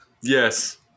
Yes